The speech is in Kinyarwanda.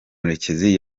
murekezi